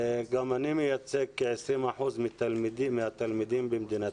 גם אני מייצג כ-20 אחוזים מתלמידי ישראל